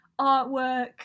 artwork